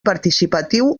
participatiu